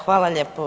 Hvala lijepo.